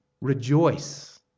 rejoice